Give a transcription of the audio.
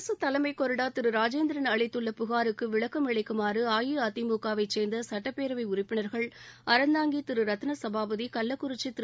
அரசு தலைமைக் கொறடா திரு ராஜேந்திரன் அளித்துள்ள புகாருக்கு விளக்கம் அளிக்குமாறு அஇஅதிமுகவைச் சேர்ந்த சட்டப்பேரவை உறுப்பினர்கள் அறந்தாங்கி திரு ரத்தினசபாபதி கள்ளக்குறிச்சி திரு